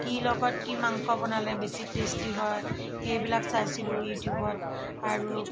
কি লগত কি মাংস বনালে বেছি টেষ্টি হয় সেইবিলাক চাইছিলোঁ ইউটিউবত আৰু